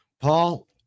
Paul